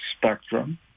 spectrum